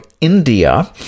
India